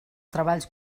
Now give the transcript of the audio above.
treballs